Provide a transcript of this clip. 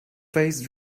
phase